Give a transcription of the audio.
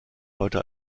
heute